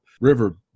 river